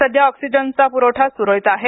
सध्या ऑक्सिजनचा पुरवठा सुरळीत होत आहे